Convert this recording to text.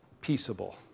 peaceable